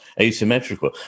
asymmetrical